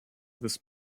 this